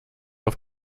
auf